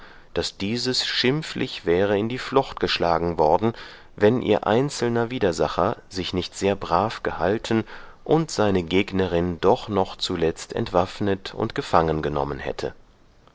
daß dieses schimpflich wäre in die flocht geschlagen worden wenn ihr einzelner widersacher sich nicht sehr brav gehalten und seine gegnerin doch noch zuletzt entwaffnet und gefangengenommen hätte